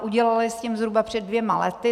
Udělali s tím zhruba před dvěma lety.